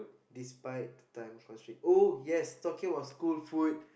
despite the time constraint oh yes talking about school food